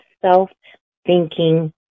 self-thinking